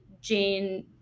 Jane